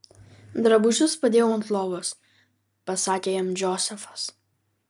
drabužius padėjau ant lovos pasakė jam džozefas